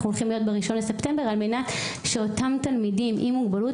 הולכים להיות ב-1 בספטמבר על מנת שאותם תלמידים עם מוגבלות